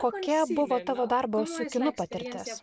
kokia buvo tavo darbo su kinu patirtis